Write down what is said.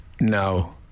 no